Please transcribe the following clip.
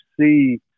see